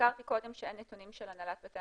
הזכרתי קודם שאין נתונים של הנהלת בתי